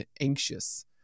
anxious